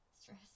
stress